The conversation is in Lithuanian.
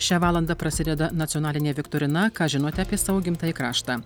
šią valandą prasideda nacionalinė viktorina ką žinote apie savo gimtąjį kraštą